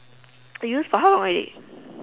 you use for how long already